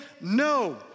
No